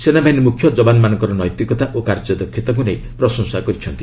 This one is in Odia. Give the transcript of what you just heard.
ସେନାବାହିନୀ ମୁଖ୍ୟ ଜବାନମାନଙ୍କର ନୈତିକତା ଓ କାର୍ଯ୍ୟଦକ୍ଷତାକୁ ନେଇ ପ୍ରଶଂସା କରିଛନ୍ତି